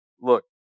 Look